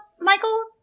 Michael